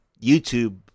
youtube